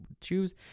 choose